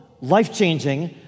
life-changing